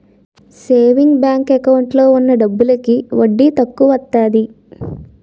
saving bank account లో ఉన్న డబ్బులకి వడ్డీ తక్కువత్తాది